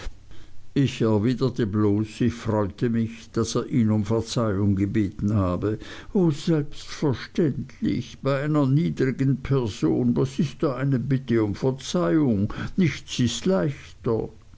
ich erwiderte bloß ich freute mich daß er ihn um verzeihung gebeten habe o selbstverständlich bei einer niedrigen person was ist da eine bitte um verzeihung nichts ist leichter